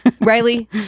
Riley